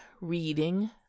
reading